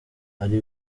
ari